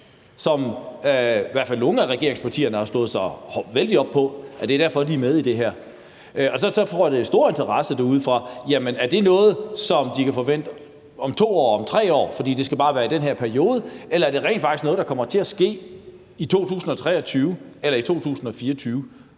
som i hvert fald nogle af regeringspartierne har slået sig vældig stort op på og har sagt er årsagen til, at de er med i det her. Så jeg tror, at der er stor interesse derude for, om det er noget, de kan forvente om 2 år eller 3 år, fordi det bare skal være i den her periode, eller om det rent faktisk er noget, der kommer til at ske i 2023 eller i 2024.